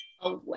away